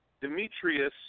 Demetrius